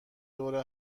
دور